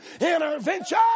intervention